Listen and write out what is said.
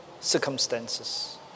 circumstances